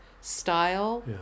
style